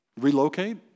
Relocate